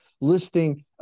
listing